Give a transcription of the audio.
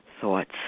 thoughts